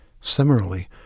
Similarly